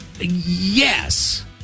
yes